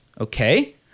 Okay